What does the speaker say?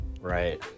Right